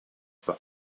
für